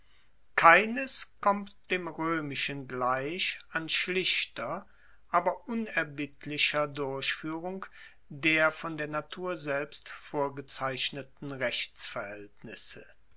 keines kommt dem roemischen gleich an schlichter aber unerbittlicher durchfuehrung der von der natur selbst vorgezeichneten rechtsverhaeltnisse